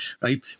right